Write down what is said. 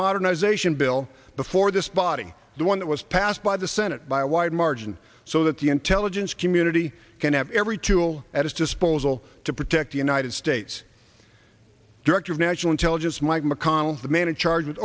modernization bill before this body the one that was passed by the senate by a wide margin so that the intelligence community can have every tool at its disposal to protect the united states director of national intelligence mike mcconnell the man in charge